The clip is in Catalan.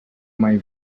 mai